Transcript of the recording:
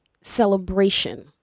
celebration